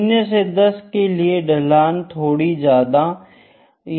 0 से 10 के लिए ढाल थोड़ी ज्यादा है